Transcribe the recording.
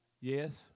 Yes